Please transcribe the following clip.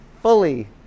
fully